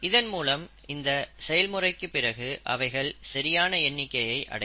இதன் மூலம் இந்த செயல்முறைக்கு பிறகு அவைகள் சரியான எண்ணிக்கையை அடையும்